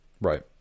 Right